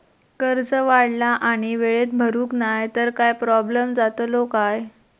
कर्ज काढला आणि वेळेत भरुक नाय तर काय प्रोब्लेम जातलो काय?